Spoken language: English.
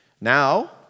Now